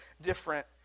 different